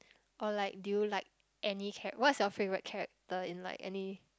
or like do you like any char~ what's your favourite character in like any